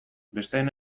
besteen